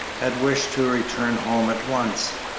had wished to return home at once.